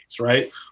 right